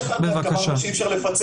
כלים וידע